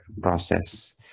process